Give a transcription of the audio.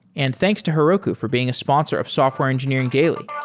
and thanks to heroku for being a sponsor of software engineering daily